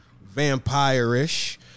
vampire-ish